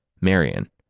Marion